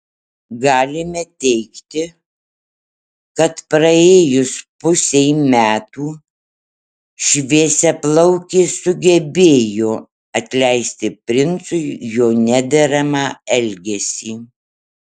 galime teigti kad praėjus pusei metų šviesiaplaukė sugebėjo atleisti princui jo nederamą elgesį